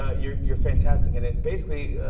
ah you're you're fantastic in it. basically,